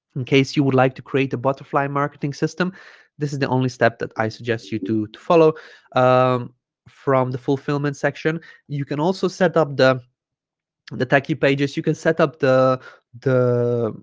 in case you would like to create a butterfly marketing system this is the only step that i suggest you to follow um from the fulfillment section you can also set up the the techie pages you can set up the the